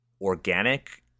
organic